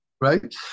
right